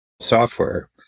software